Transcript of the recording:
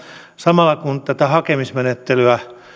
samalla kun tätä hakemismenettelyä